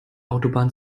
autobahn